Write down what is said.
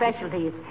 specialties